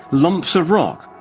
lumps of rock,